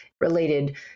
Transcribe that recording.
related